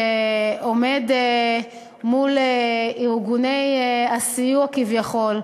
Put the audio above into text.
שעומד מול ארגוני הסיוע כביכול,